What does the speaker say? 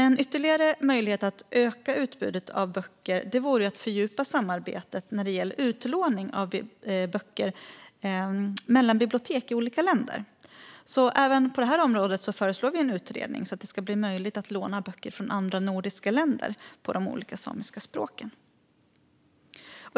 En ytterligare möjlighet att öka utbudet av böcker vore att fördjupa samarbetet när det gäller utlåning av böcker mellan bibliotek i olika länder. Även på det här området föreslår vi en utredning för att det ska bli möjligt att låna böcker från andra nordiska länder på de olika samiska språken.